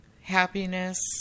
happiness